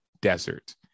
desert